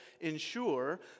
ensure